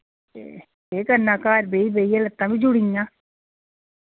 ते केह् करना घर बेही बेहियै लत्तां बी जुड़ियां